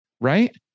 right